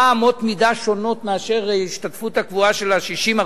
אמות מידה שונות מאשר ההשתתפות הקבועה של 40 60,